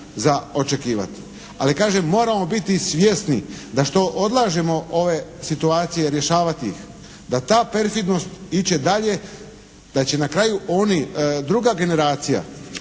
za očekivati. Ali kažem, moramo biti svjesni da što odlažemo ove situacije rješavati ih, da ta perfidnost ići će dalje da će na kraju oni, druga generacija